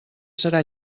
serà